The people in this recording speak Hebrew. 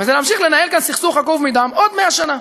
וזה להמשיך לנהל כאן סכסוך עקוב מדם עוד 100 שנה.